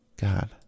god